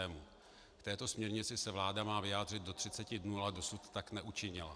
K této směrnici se vláda má vyjádřit do třiceti dnů, ale dosud tak neučinila.